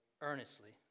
earnestly